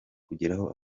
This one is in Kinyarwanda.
kugeraho